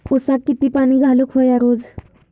ऊसाक किती पाणी घालूक व्हया रोज?